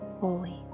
holy